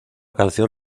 canción